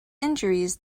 injuries